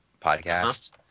podcast